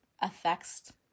affects